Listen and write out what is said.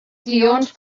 tions